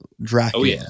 Dracula